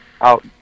out